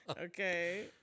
Okay